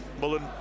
Mullen